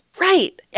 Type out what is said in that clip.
Right